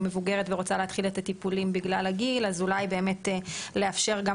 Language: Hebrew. מבוגרת ורוצה להתחיל את הטיפולים בגלל הגיל אז אולי באמת לאפשר גם